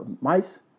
mice